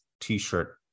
t-shirt